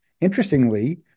interestingly